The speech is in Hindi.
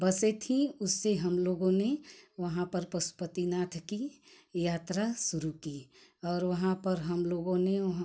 बसे थीं उससे हम लोगों ने वहाँ पर पशुपतिनाथ की यात्रा शुरू की और वहाँ पर हम लोगों ने